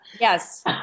Yes